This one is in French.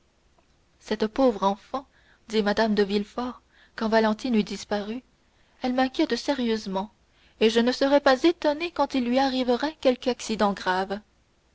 cette pauvre enfant dit mme de villefort quand valentine eut disparu elle m'inquiète sérieusement et je ne serais pas étonnée quand il lui arriverait quelque accident grave